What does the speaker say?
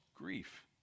grief